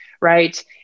right